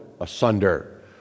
asunder